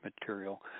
material